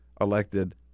elected